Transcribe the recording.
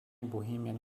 bohemian